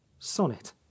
sonnet